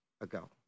ago